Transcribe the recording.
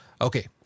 okay